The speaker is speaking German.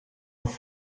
auf